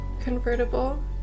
convertible